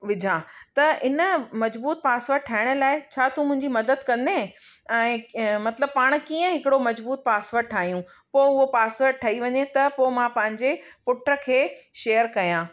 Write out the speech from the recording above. विझा त इन मज़बूत पासवर्ड ठाहिण लाइ छा तू मुंहिंजी मदद कंदे ऐं मतिलब पाण कीअं हिकिड़ो मजबूत पासवर्ड ठाहियू पोइ हूअ पासवर्ड ठही वञे त को मां पहिंजे पुटु खे शेयर कया